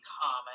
common